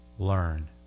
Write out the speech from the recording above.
Learn